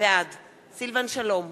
בעד סילבן שלום,